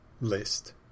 list